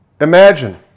imagine